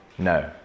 No